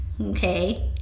okay